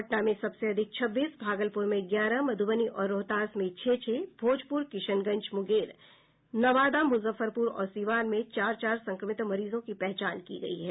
पटना में सबसे अधिक छब्बीस भागलपुर में ग्यारह मधुबनी और रोहतास में छह छह भोजपुर किशनगंज मुंगेर नालंदा मुजफ्फरपुर और सीवान में चार चार संक्रमित मरीजों की पहचान की गयी है